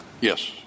Yes